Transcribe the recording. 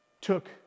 took